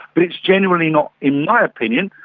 but it's generally not, in my opinion,